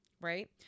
right